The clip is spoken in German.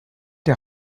der